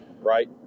right